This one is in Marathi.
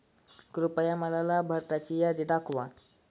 कृपया मला लाभार्थ्यांची यादी दाखवा